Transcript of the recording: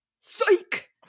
Psych